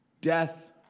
death